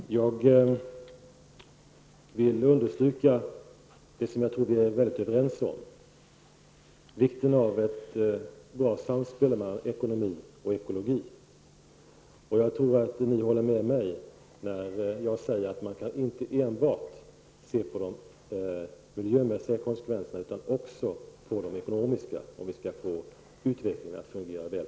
Herr talman! Jag vill understyka det som jag tror vi är överens om, nämligen vikten av ett bra samspel mellan ekonomi och ekologi. Jag tror att ni håller med mig, när jag säger att man inte enbart kan se till de miljömässiga konsekvenserna. Man måste också se på de ekonomiska, om vi skall få utvecklingen att fungera väl.